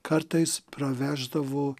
kartais praveždavo